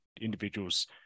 individuals